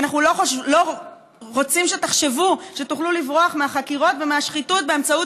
ואנחנו לא רוצים שתחשבו שתוכלו לברוח מהחקירות ומהשחיתות באמצעות